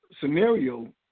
scenario